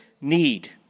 need